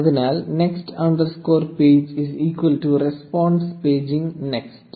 അതിനാൽ next underscore page is equal to response paging next